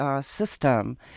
system